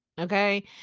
Okay